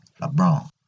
lebron